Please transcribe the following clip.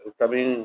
também